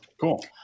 Cool